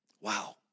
Wow